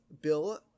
Bill